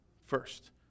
first